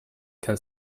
can